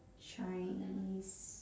chinese